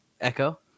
Echo